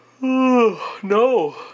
No